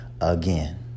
again